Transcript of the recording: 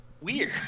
weird